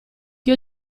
che